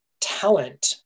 talent